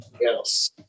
Yes